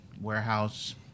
warehouse